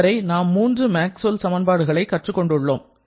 இதுவரை நாம் மூன்று மேக்ஸ்வெல் சமன்பாடுகளை கற்றுக் கொண்டுள்ளோம்